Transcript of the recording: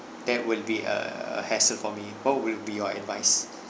that will be a hassle for me what will be your advice